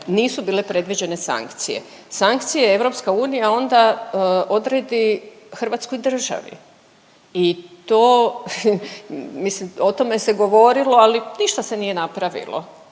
nisu bile predviđene sankcije. Sankcije onda EU odredi Hrvatskoj državi i to, mislim o tome se govorilo, ali ništa se nije napravilo.